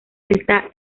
está